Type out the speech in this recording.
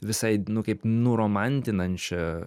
visai nu kaip nuromantinančią